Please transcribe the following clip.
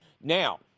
Now